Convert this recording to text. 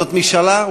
זו משאלה.